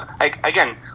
again